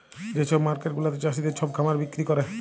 যে ছব মার্কেট গুলাতে চাষীদের ছব খাবার বিক্কিরি ক্যরে